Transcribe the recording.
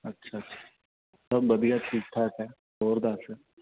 ਅੱਛਾ ਸਭ ਵਧੀਆ ਠੀਕ ਠਾਕ ਹੈ ਹੋਰ ਦੱਸ